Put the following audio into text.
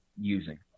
using